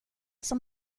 som